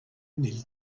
nel